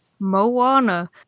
moana